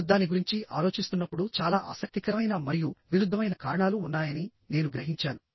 నేను దాని గురించి ఆలోచిస్తున్నప్పుడుచాలా ఆసక్తికరమైన మరియు విరుద్ధమైన కారణాలు ఉన్నాయని నేను గ్రహించాను